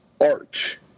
arch